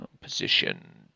position